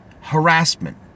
Harassment